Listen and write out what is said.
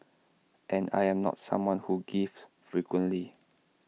and I am not someone who gives frequently